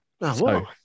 Wow